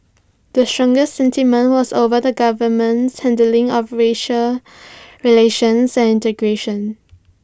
the strongest sentiment was over the government's handling of racial relations and integration